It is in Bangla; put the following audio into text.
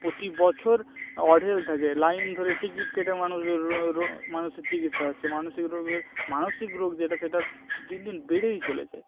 প্রতি বছর অঢেল থাকে লাইন ধরে টিকিট কেটে মানুষ রো রো মানুষের চিকিৎসা হচ্ছে মানসিক রোগের মানসিক রোগ যেটা দিন দিন বেড়েই চলেছে